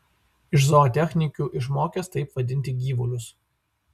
iš zootechnikių išmokęs taip vadinti gyvulius